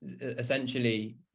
essentially